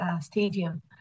Stadium